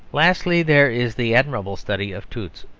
lastly, there is the admirable study of toots,